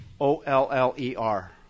O-L-L-E-R